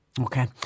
Okay